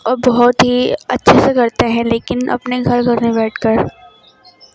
اور بہت ہی اچھے سے کرتے ہیں لیکن اپنے گھر گھر میں بیٹھ کر